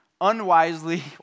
unwisely